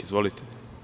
Izvolite,